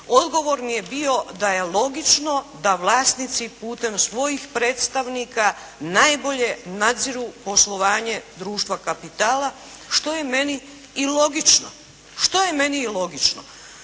Odgovor mi je bio da je logično da vlasnici putem svojih predstavnika najbolje nadziru poslovanje društva kapitala, što je i meni logično. Međutim, možemo